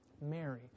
Mary